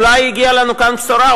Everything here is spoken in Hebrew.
אולי הגיעה לנו כאן בשורה,